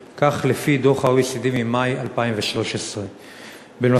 כך לפי דוח ה-OECD ממאי 2013. בנוסף,